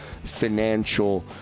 Financial